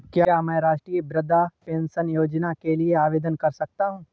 क्या मैं राष्ट्रीय वृद्धावस्था पेंशन योजना के लिए आवेदन कर सकता हूँ?